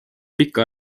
pikka